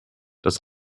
das